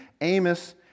Amos